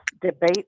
debate